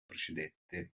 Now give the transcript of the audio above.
precedette